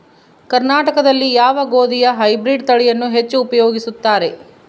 ಕರ್ನಾಟಕದಲ್ಲಿ ಯಾವ ಗೋಧಿಯ ಹೈಬ್ರಿಡ್ ತಳಿಯನ್ನು ಹೆಚ್ಚು ಉಪಯೋಗಿಸುತ್ತಾರೆ?